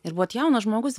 ir buvot jaunas žmogus